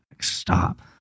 stop